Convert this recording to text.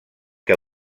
que